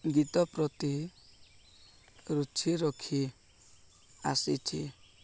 ଗୀତ ପ୍ରତି ରୁଚି ରଖି ଆସିଛି